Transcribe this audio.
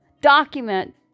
document